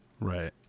Right